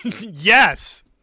Yes